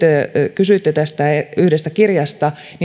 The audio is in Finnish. kysyitte tästä yhdestä kirjasta